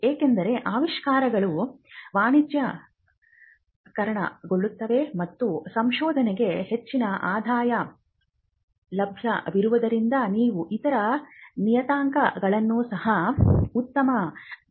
ಏಕೆಂದರೆ ಆವಿಷ್ಕಾರಗಳು ವಾಣಿಜ್ಯೀಕರಣಗೊಳ್ಳುತ್ತವೆ ಮತ್ತು ಸಂಶೋಧನೆಗೆ ಹೆಚ್ಚಿನ ಆದಾಯ ಲಭ್ಯವಿರುವುದರಿಂದ ನೀವು ಇತರ ನಿಯತಾಂಕಗಳನ್ನು ಸಹ ಉತ್ತಮಪಡಿಸಬಹುದು